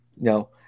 No